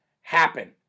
happen